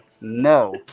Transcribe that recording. no